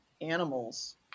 animals